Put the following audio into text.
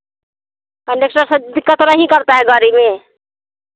conductor से दिक्कत तो नहीं करता है गाड़ी में